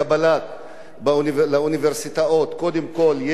לאוניברסיטאות: קודם כול, יש איזושהי הגבלת גיל,